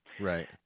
Right